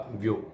view